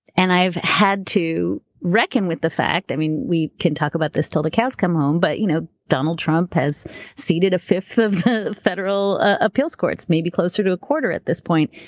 and i've had to reckon with the fact. i mean, we can talk about this till the cows come home, but you know, donald trump has seceded a fifth of the federal appeals courts, maybe closer to a quarter at this point.